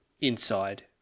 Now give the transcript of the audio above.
inside